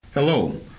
Hello